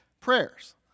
prayers